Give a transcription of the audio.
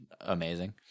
amazing